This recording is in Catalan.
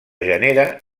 genera